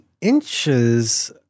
inches